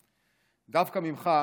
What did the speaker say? ישראל.